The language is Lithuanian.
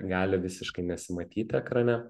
gali visiškai nesimatyti ekrane